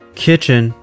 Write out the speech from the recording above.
kitchen